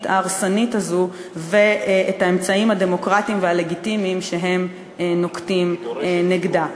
ההרסנית הזאת ואת האמצעים הדמוקרטיים והלגיטימיים שהם נוקטים נגדה.